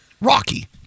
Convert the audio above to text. Rocky